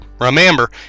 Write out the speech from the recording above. Remember